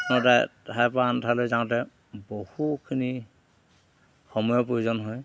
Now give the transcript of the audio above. আপোনাৰ এঠাইৰ পৰা আন ঠাইলৈ যাওঁতে বহুখিনি সময়ৰ প্ৰয়োজন হয়